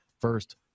First